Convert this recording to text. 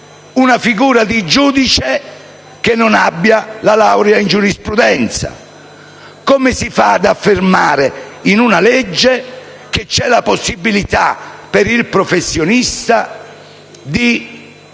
una figura di giudice che non abbia la laurea in giurisprudenza? Come si fa ad affermare in una legge che c'è la possibilità, per il professionista, di